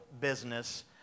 business